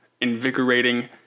invigorating